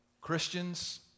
Christians